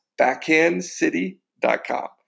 backhandcity.com